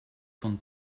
von